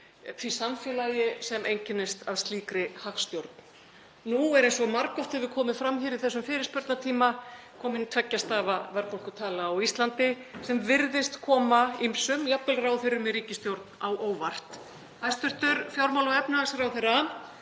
á samfélagi sem einkennist af slíkri hagstjórn. Nú er, eins og margoft hefur komið fram í þessum fyrirspurnatíma, komin tveggja stafa verðbólgutala á Íslandi sem virðist koma ýmsum, jafnvel ráðherrum í ríkisstjórn, á óvart. Hæstv. fjármála- og efnahagsráðherra